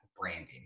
branding